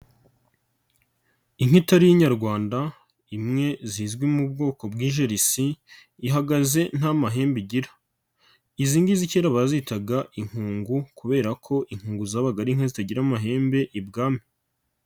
Inka itari inyarwanda imwe zizwi mu bwoko bw'ijerisi ihagaze nta mahembe igira, izi ngizi kera bazitaga inkungu kubera ko inkungu zabaga ari inka zitagira amahembe ibwami.